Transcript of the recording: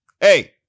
Hey